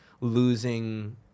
losing